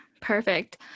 Perfect